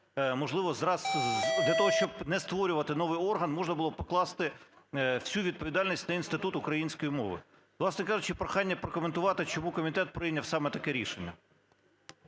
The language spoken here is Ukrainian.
можливо, для того, щоб не створювати новий орган, можна було б покласти всю відповідальність на Інститут української мови. Власне кажучи, прохання прокоментувати, чому комітет прийняв саме таке рішення.